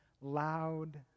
loud